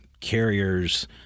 carriers –